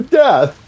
death